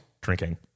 drinking